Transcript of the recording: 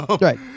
Right